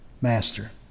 Master